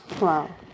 Wow